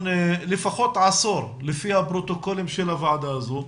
לפחות עשור לפי הפרוטוקולים של הוועדה הזאת,